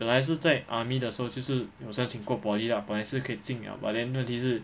本来是在 army 的时候就是有申请过 poly lah 本来是可以进 liao but then 问题是